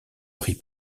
prit